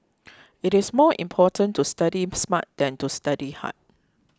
it is more important to study smart than to study hard